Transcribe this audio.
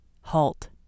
halt